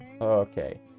Okay